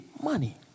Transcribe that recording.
money